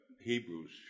Hebrews